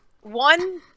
one